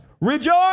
rejoice